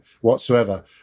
whatsoever